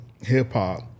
hip-hop